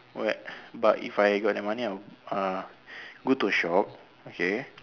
what but if I got the money i will uh go to shop okay